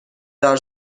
دار